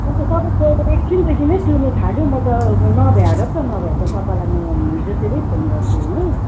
अन्त तपाईँ गएको एकछिन पछि नै चुहुनु थाल्यो म त नभ्याएर नभए त तपाईँलाई म हिजोतिरै फोन गर्थे होइन